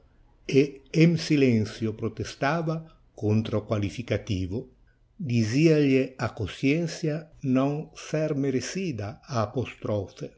em silencio protestava contra o qualificativo dizia-lhe a consciencia não ser merecida a